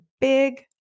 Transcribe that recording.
big